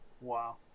Wow